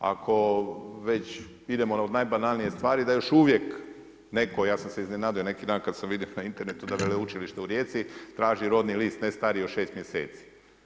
Ako već idemo od najbanalnije stvari da još uvijek neko, ja sam se iznenadio neki dan kada sam vidio na internetu da Veleučilište u Rijeci traži rodni list ne stariji od šest mjeseci.